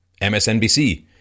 MSNBC